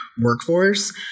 workforce